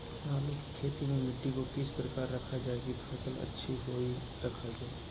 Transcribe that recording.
आलू की खेती में मिट्टी को किस प्रकार रखा रखा जाए की फसल अच्छी होई रखा जाए?